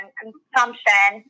consumption